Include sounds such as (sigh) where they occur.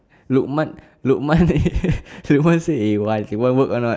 lukman lukman then (laughs) lukman say eh want you want work or not